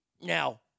Now